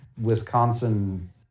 Wisconsin